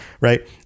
right